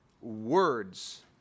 words